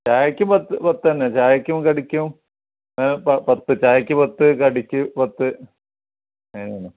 ചായക്ക് പത്ത് തന്നെ ചായയ്ക്കും കടിക്കും പത്ത് ചായയ്ക്ക് പത്ത് കടിക്ക് പത്ത് അങ്ങനെ തന്നെ